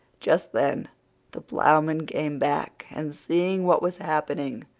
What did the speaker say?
just then the ploughman came back, and seeing what was happening,